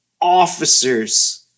officers